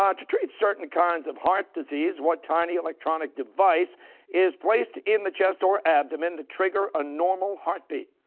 um to treat certain kinds of heart disease, what tiny electronic device is placed in the chest or abdomen to trigger a normal heartbeat?